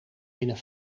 winnen